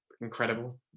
Incredible